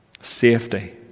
safety